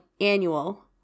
annual